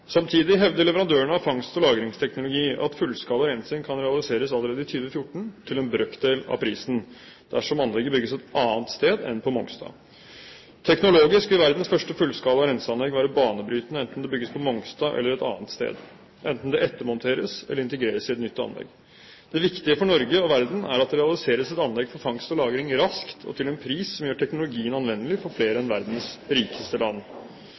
Samtidig hevder leverandører av fangst- og lagringsteknologi at fullskala rensing kan realiseres allerede i 2014 til en brøkdel av prisen dersom anlegget bygges et annet sted enn på Mongstad. Teknologisk vil verdens første fullskala renseanlegg være banebrytende enten det bygges på Mongstad eller et annet sted, enten det ettermonteres eller integreres i et nytt anlegg. Det viktige for Norge og verden er at det realiseres et anlegg for fangst og lagring raskt og til en pris som gjør teknologien anvendelig for flere enn verdens rikeste land.